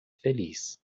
feliz